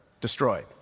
destroyed